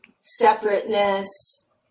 separateness